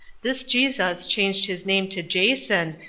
this jesus changed his name to jason,